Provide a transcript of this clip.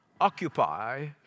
occupy